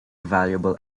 valuable